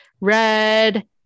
Red